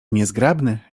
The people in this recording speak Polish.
niezgrabny